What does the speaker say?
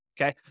okay